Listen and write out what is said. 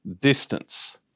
distance